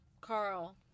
Carl